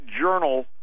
Journal